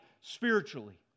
spiritually